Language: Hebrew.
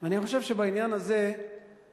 אני חושב שבעניין הזה אנחנו